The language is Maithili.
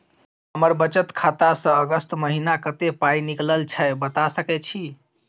हमर बचत खाता स अगस्त महीना कत्ते पाई निकलल छै बता सके छि?